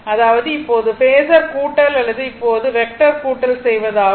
அதாவது இப்போது பேஸர் கூட்டல் அல்லது இப்போது வெக்டர் கூட்டல் செய்வது ஆகும்